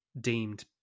deemed